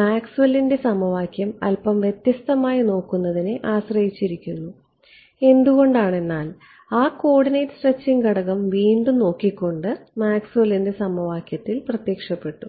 മാക്സ്വെല്ലിന്റെ സമവാക്യം അല്പം വ്യത്യസ്തമായി നോക്കുന്നതിനെ ആശ്രയിച്ചിരിക്കുന്നു എന്തുകൊണ്ടാണ് എന്നാൽ ആ കോർഡിനേറ്റ് സ്ട്രെച്ചിംഗ് ഘടകം വീണ്ടും നോക്കിക്കൊണ്ട് മാക്സ്വെല്ലിന്റെ സമവാക്യത്തിൽ പ്രത്യക്ഷപ്പെട്ടു